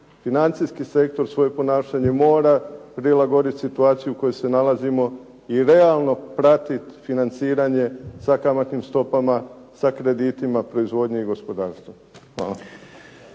Financijski sektor svoje ponašanje mora prilagoditi situaciji u kojoj se nalazimo i realno pratiti financiranje sa kamatnim stopama, sa kreditima proizvodnje i gospodarstva.